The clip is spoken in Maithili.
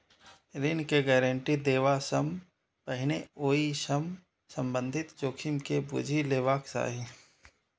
ऋण के गारंटी देबा सं पहिने ओइ सं संबंधित जोखिम के बूझि लेबाक चाही